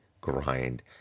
grind